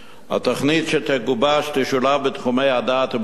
התוכנית שתגובש תשולב בתחומי הדעת ובתוכניות